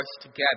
together